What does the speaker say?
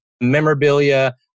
memorabilia